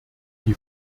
die